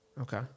Okay